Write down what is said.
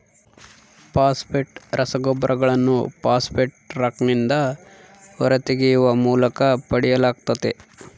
phosphate ರಸಗೊಬ್ಬರಗಳನ್ನು phosphate ರಾಕ್ನಿಂದ ಹೊರತೆಗೆಯುವ ಮೂಲಕ ಪಡೆಯಲಾಗ್ತತೆ